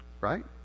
Right